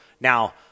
Now